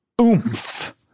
Oomph